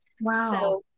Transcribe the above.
Wow